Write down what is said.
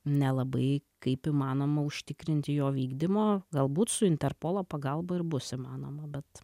nelabai kaip įmanoma užtikrinti jo vykdymo galbūt su interpolo pagalba ir bus įmanoma bet